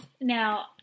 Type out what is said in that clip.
Now